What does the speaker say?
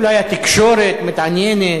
אולי התקשורת מתעניינת,